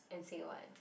and say what